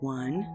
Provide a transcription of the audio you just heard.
one